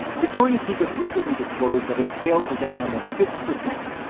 victoria's secret recently disclosed that its sales were down almost fifty percent,